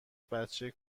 بچه